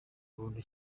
buntu